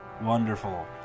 Wonderful